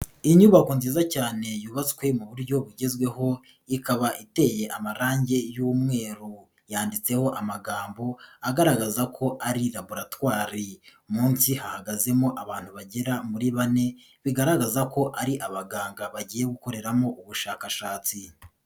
Inyubako nziza cyane yubatswe mu buryo bugezweho, ikaba iteye amarangi y'umweru. Yanditseho amagambo, agaragaza ko ari laboratwari. Munsi hahagazemo abantu bagera muri bane, bigaragaza ko ari abaganga bagiye gukoreramo ubushakashatsi.